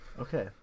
Okay